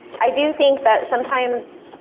i do think that sometimes,